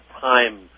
time